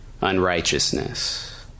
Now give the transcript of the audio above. unrighteousness